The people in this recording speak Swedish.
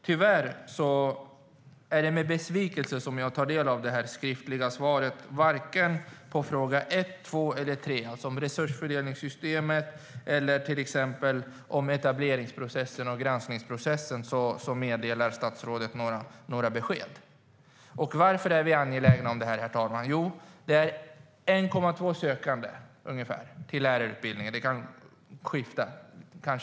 Tyvärr är det med besvikelse som jag tar del av det skriftliga svaret. Varken på frågan om resursfördelningssystemet, etableringsprocessen eller granskningsprocessen meddelar statsrådet några besked. Herr talman! Varför är vi angelägna om detta? Jo, det är 1,2-1,4 sökande per plats till lärarutbildningen.